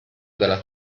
della